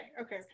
okay